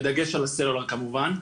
בדגש על הסלולר כמובן,